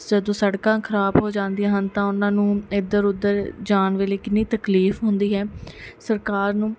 ਜਦੋਂ ਸੜਕਾਂ ਖਰਾਬ ਹੋ ਜਾਂਦੀਆਂ ਹਨ ਤਾਂ ਉਹਨਾਂ ਨੂੰ ਇਧਰ ਉਧਰ ਜਾਣ ਵੇਲੇ ਕਿੰਨੀ ਤਕਲੀਫ ਹੁੰਦੀ ਹੈ ਸਰਕਾਰ ਨੂੰ